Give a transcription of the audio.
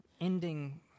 ending